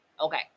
Okay